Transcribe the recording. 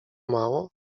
mało